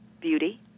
beauty